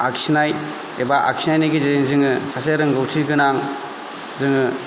आखिनाय एबा आखिनायनि गेजेरजों जोङो सासे रोंगौथिगोनां जोङो